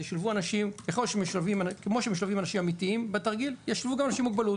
אז כמו שמשולבים אנשים אמיתיים בתרגיל ישולבו גם אנשים עם מוגבלות.